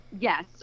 Yes